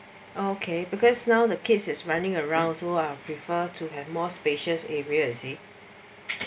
okay because now the kids is running around so I prefer to have more spacious area you see